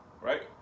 right